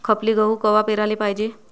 खपली गहू कवा पेराले पायजे?